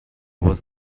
was